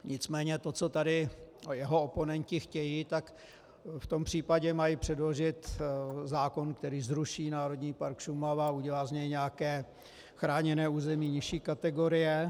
Nicméně to, co tady jeho oponenti chtějí, tak v tom případě mají předložit zákon, který zruší Národní park Šumava a udělá z něj nějaké chráněné území nižší kategorie.